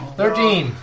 thirteen